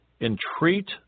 Entreat